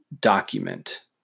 document